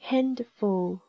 Handful